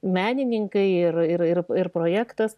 menininkai ir ir ir ir projektas